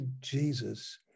Jesus